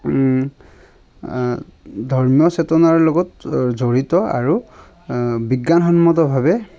ধৰ্মীয় চেতনাৰ লগত জড়িত আৰু বিজ্ঞানসন্মতভাৱে